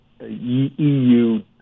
EU